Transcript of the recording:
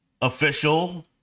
official